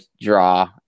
draw